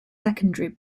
secondary